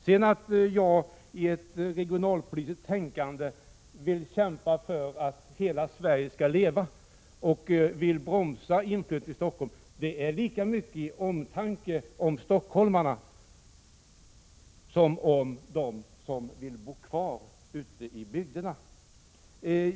När jag sedan med ett regionalpolitiskt tänkande vill kämpa för att hela Sverige skall leva och vill bromsa inflyttningen till Stockholm, så är det lika mycket av omtanke om stockholmarna som av omtanke om dem som vill bo kvar ute i bygderna.